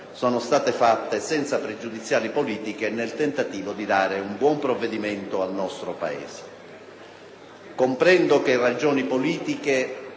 è stato fatto, senza pregiudiziali politiche, nel tentativo di dare un buon provvedimento al nostro Paese. Comprendo che ragioni politiche